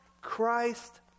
Christ